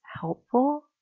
helpful